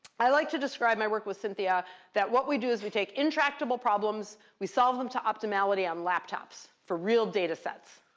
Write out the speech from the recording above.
i like to describe my work with cynthia that what we do is we take intractable problems, we solve them to optimally on laptops for real datasets.